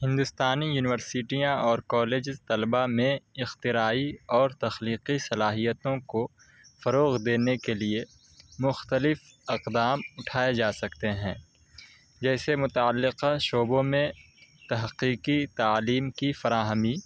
ہندوستانی یونیورسٹیاں اور کالجز طلبہ میں اختراعی اور تخلیقی صلاحیتوں کو فروغ دینے کے لیے مختلف اقدام اٹھائے جا سکتے ہیں جیسے متعلقہ شعبوں میں تحقیقی تعلیم کی فراہمی